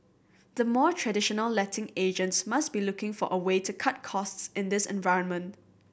the more traditional letting agents must be looking for a way to cut costs in this environment